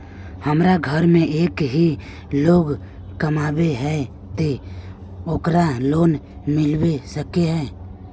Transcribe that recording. हमरा घर में एक ही लोग कमाबै है ते ओकरा लोन मिलबे सके है?